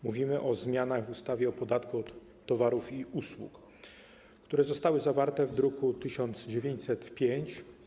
Mówimy o zmianach w ustawie o podatku od towarów i usług, które zostały zawarte w druku nr 1905.